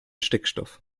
stickstoff